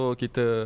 kita